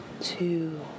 two